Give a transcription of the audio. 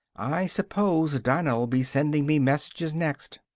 i suppose dinah'll be sending me messages next!